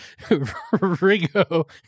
Rigo